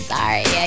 Sorry